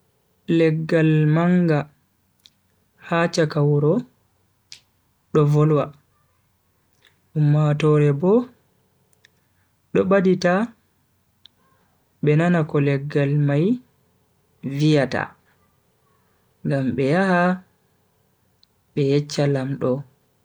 Leggal manga ha chaka wuro do volwa, ummatoore bo do badita be nana ko leggal mai viyata ngam be yaha be yeccha lamdo.